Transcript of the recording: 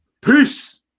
peace